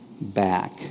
back